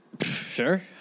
Sure